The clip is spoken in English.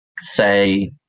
say